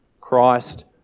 Christ